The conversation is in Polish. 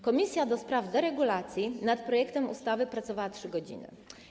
Komisja do spraw deregulacji nad projektem ustawy pracowała 3 godziny.